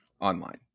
online